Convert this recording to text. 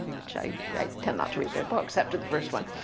which i yeah tend not to read their books after the first one.